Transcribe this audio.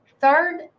Third